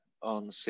on